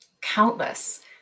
Countless